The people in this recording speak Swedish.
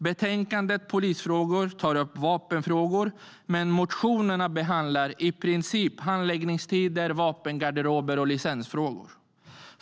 Betänkandet Polisfrågor tar upp vapenfrågor, men i motionerna behandlas i princip handläggningstider, vapengarderober och licensfrågor.